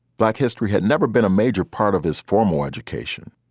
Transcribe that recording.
black history had never been a major part of his formal education.